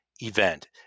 event